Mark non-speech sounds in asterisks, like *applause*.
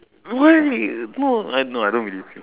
why *noise* no I don't believe you